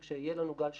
וכשיהיה לנו גל שלישי,